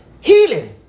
healing